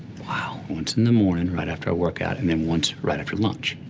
wow. once in the morning right after i work out and then once right after lunch.